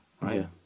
Right